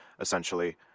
essentially